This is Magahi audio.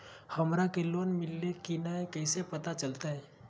हमरा के लोन मिल्ले की न कैसे पता चलते?